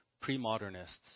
pre-modernists